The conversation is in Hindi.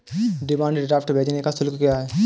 डिमांड ड्राफ्ट भेजने का शुल्क क्या है?